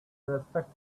respect